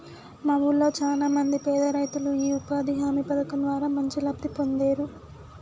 మా వూళ్ళో చానా మంది పేదరైతులు యీ ఉపాధి హామీ పథకం ద్వారా మంచి లబ్ధి పొందేరు